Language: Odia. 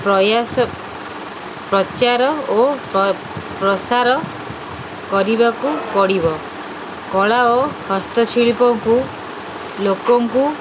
ପ୍ରୟାସ ପ୍ରଚାର ଓ ପ୍ରସାର କରିବାକୁ ପଡ଼ିବ କଳା ଓ ହସ୍ତଶିଳ୍ପଙ୍କୁ ଲୋକଙ୍କୁ